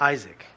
Isaac